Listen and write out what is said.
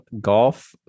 golf